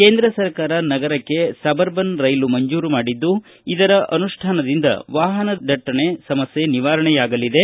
ಕೇಂದ್ರ ಸರ್ಕಾರ ನಗರಕ್ಷೆ ಸಬ್ ಅರ್ಬನ್ ರೈಲು ಮಂಜೂರು ಮಾಡಿದ್ದು ಇದರ ಅನುಷ್ಠಾನದಿಂದ ವಾಹನ ದಟ್ಟಣೆ ಸಮಸ್ಟೆ ನಿವಾರಣೆಯಾಗಲಿದೆ